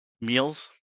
meals